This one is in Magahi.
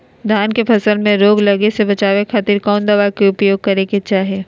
धान के फसल मैं रोग लगे से बचावे खातिर कौन दवाई के उपयोग करें क्या चाहि?